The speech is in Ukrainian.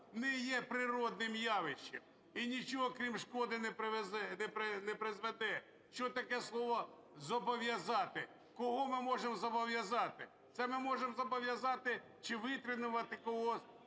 не є природним явищем, і нічого, крім шкоди, не призведе. Що таке слово "зобов'язати"? Кого ми можемо зобов'язати? Це ми можемо зобов'язати чи витренувати когось,